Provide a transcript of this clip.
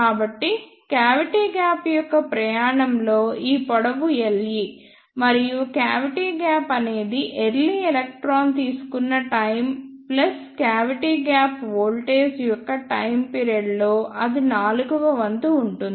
కాబట్టి cavity gap యొక్క ప్రయాణంలో ఈ పొడవు Le మరియు క్యావిటీ గ్యాప్ అనేది ఎర్లీ ఎలక్ట్రాన్ తీసుకున్న time plus cavity gap voltage యొక్క టైమ్ పిరియడ్ లో అది నాలుగవ వంతు ఉంటుంది